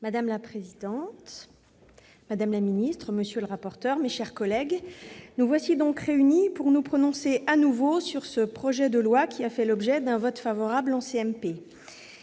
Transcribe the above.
Madame la présidente, madame la ministre, monsieur le rapporteur, mes chers collègues, nous voilà donc réunis pour nous prononcer de nouveau sur ce projet de loi, qui a fait l'objet d'un vote favorable en CMP.